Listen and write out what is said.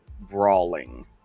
brawling